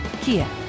Kia